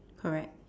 correct